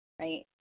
right